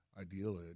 Ideally